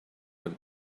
her